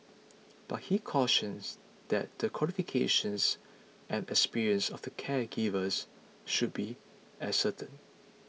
but he cautions that the qualifications and experience of the caregivers should be ascertained